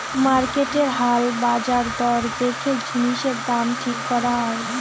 মার্কেটের হাল বাজার দর দেখে জিনিসের দাম ঠিক করা হয়